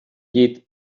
llit